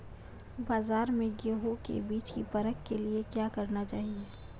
बाज़ार में गेहूँ के बीज की परख के लिए क्या करना चाहिए?